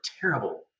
terrible